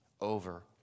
over